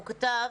הוא כתב: